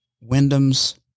Wyndham's